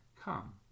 Come